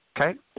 Okay